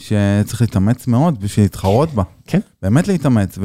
שצריך להתאמץ מאוד בשביל התחרות בה. כן. באמת להתאמץ